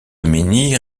menhir